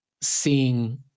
seeing